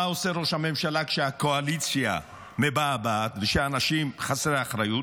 מה עושה ראש הממשלה כשהקואליציה מבעבעת וכשאנשים חסרי אחריות?